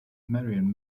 marion